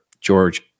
george